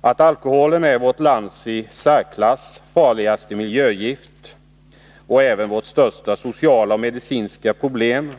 Att alkoholen är vårt lands i särklass farligaste miljögift och största sociala och medicinska problem